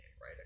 right